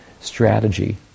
strategy